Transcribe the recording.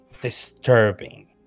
disturbing